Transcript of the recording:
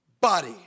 body